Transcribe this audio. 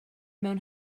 mewn